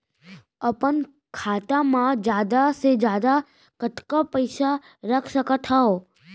अपन खाता मा जादा से जादा कतका पइसा रख सकत हव?